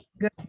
good